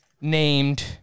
named